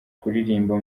kuririmba